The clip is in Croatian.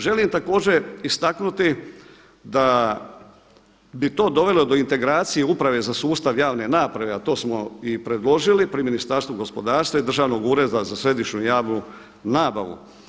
Želim također istaknuti da bi to dovelo do integracije Uprave za sustav javne nabave a to smo i predložili pri Ministarstvu gospodarstva i Državnog ureda za središnju javnu nabavu.